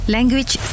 Language